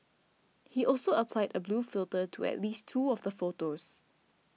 he also applied a blue filter to at least two of the photos